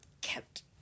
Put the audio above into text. kept